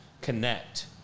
connect